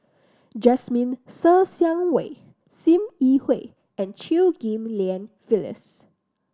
Jasmine Ser Xiang Wei Sim Yi Hui and Chew Ghim Lian Phyllis